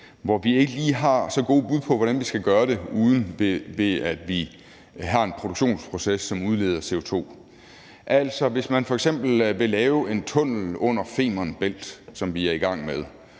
hvor vi ikke lige har så gode bud på, hvordan vi skal gøre det, uden at vi har en produktionsproces, som udleder CO2. Altså, hvis man f.eks. vil lave en tunnel under Femern Bælt, som vi er i gang med,